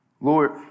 Lord